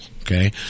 Okay